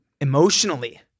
emotionally